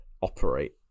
operate